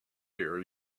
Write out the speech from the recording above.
here